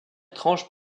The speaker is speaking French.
tranche